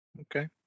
Okay